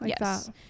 yes